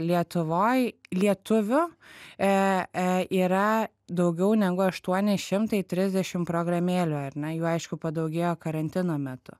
lietuvoj lietuvių e e yra daugiau negu aštuoni šimtai trisdešimt programėlių ar ne jų aišku padaugėjo karantino metu